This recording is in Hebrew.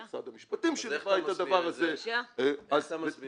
משרד המשפטים שליווה את הדבר הזה --- אז איך אתה מסביר את זה?